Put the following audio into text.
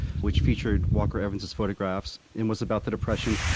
which featured walker evans's photographs and was about the depression,